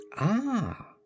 Ah